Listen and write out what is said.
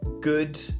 good